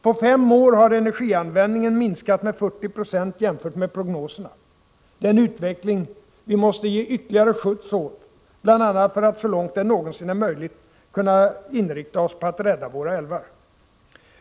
På fem år har energianvändningen minskat med 40 90 jämfört med prognoserna. Det är en utveckling vi måste ge ytterligare skjuts åt, bl.a. för att så långt det någonsin är möjligt kunna inrikta oss på att rädda våra älvar.